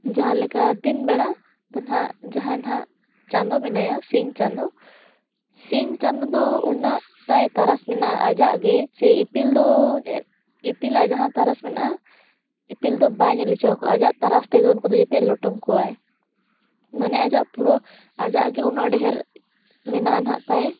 ᱡᱟᱦᱟᱸ ᱞᱮᱠᱟ ᱫᱤᱱ ᱵᱮᱲᱟ ᱫᱚ ᱱᱟᱦᱟᱜ ᱡᱟᱦᱟᱸᱭ ᱱᱟᱦᱟᱜ ᱪᱟᱸᱫᱳ ᱢᱮᱱᱟᱭᱟ ᱥᱤᱧ ᱪᱟᱸᱫᱳ ᱥᱤᱧ ᱪᱟᱸᱫᱳ ᱫᱚ ᱩᱱᱟᱹᱜ ᱛᱟᱭ ᱛᱟᱨᱟᱥ ᱢᱮᱱᱟᱜᱼᱟ ᱟᱭᱟᱜ ᱜᱮ ᱪᱮ ᱤᱯᱤᱞ ᱫᱚ ᱤᱯᱤᱞᱟᱜ ᱡᱟᱦᱟᱸ ᱛᱟᱨᱟᱥ ᱢᱮᱱᱟᱜᱼᱟ ᱤᱯᱤᱞ ᱫᱚ ᱵᱟᱭ ᱧᱮᱞ ᱦᱚᱪᱚ ᱟᱠᱚᱣᱟ ᱪᱟᱣᱟᱠᱚᱣᱟ ᱟᱭᱟᱜ ᱛᱟᱨᱟᱥ ᱛᱮᱜᱮ ᱩᱱᱠᱩ ᱫᱚ ᱡᱚᱛᱚ ᱞᱚᱴᱚᱢ ᱠᱚᱣᱟᱭ ᱢᱟᱱᱮ ᱟᱭᱟᱜ ᱯᱩᱨᱟᱹ ᱟᱭᱟᱜ ᱜᱮ ᱩᱱᱟᱹᱜ ᱰᱷᱮᱨ ᱢᱮᱱᱟᱜᱼᱟ ᱱᱟᱦᱟᱜ ᱛᱟᱭ